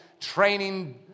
training